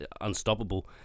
unstoppable